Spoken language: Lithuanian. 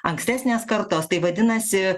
ankstesnės kartos tai vadinasi